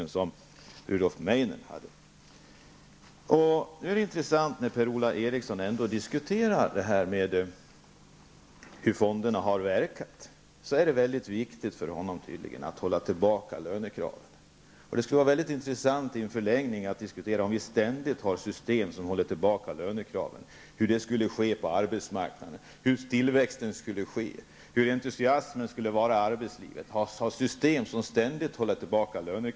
Det är intressant att notera att det för Per-Ola Eriksson när han diskuterar hur fonderna har verkat tydligen är viktigt att lönekraven skall hållas tillbaka. Det skulle i förlängningen vara intressant att diskutera hur det skulle bli på arbetsmarknaden, om man ständigt hade system som håller tillbaka lönekraven. Hur skulle det bli med tillväxten och med entusiasmen i arbetslivet, om man ständigt tillämpade sådana system?